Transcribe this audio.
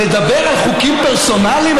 לדבר על חוקים פרסונליים,